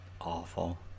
awful